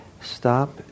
Stop